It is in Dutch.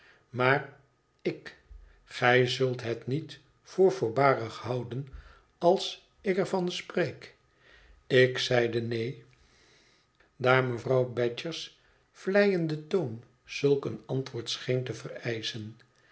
maar ik gij zult het niet voor voorbarig houden als ik er van spreek ik zeide neen daar mevi'ouw badger's vleiende toon zulk een antwoord scheen